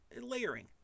Layering